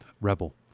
rebel